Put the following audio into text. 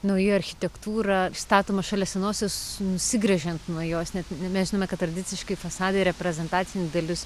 nauja architektūra statoma šalia senosios nusigręžiant nuo jos net mes žinome kad tradiciškai fasadai reprezentacinė dalis